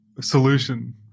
solution